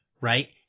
right